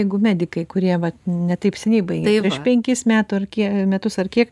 jeigu medikai kurie vat ne taip seniai baigė prieš penkis metų ar kie metus ar kiek